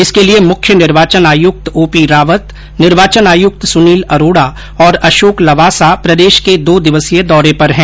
इसक लिये मुख्य निर्वाचन आयुक्त ओपी रावत निर्वाचन आयुक्त सुनील अरोड़ा और अशोक लवासा प्रदेश के दो दिवसीय दौरे पर है